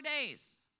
days